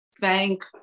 Thank